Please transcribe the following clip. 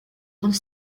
grande